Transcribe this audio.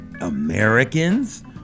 Americans